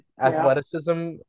athleticism